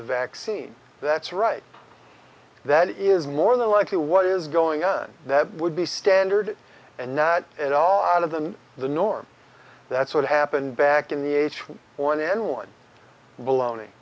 vaccine that's right that is more than likely what is going on that would be standard and now an all out of than the norm that's what happened back in the h one n one vallone